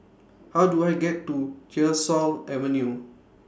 How Do I get to Tyersall Avenue